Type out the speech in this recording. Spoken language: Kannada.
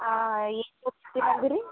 ಹಾಂ ಏನು ಟೂರಿಸ್ಟಿಗೆ ಬಂದೀರಿ